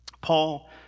Paul